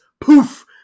poof